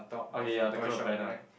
okay ya the curve banner